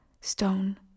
stone